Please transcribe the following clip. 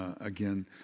again